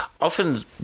often